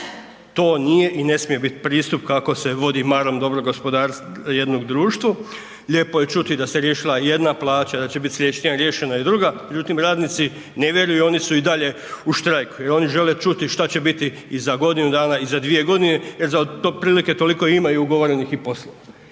To nije i ne smije biti pristup kako se vodi marom dobrog gospodara jednom društvu, lijepo je čuti da se riješila jedna plaća, da će biti slijedeći tjedan riješena i druga, međutim radnici ne vjeruju oni su i dalje u štrajku i oni žele čuti šta će biti i za godinu dana i za dvije godine jer otprilike toliko imaju i ugovorenih i poslova.